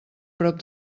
prop